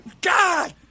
God